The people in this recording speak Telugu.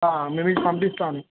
మ నేను మీకు పంపిస్తాను